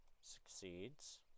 succeeds